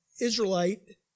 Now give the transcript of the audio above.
Israelite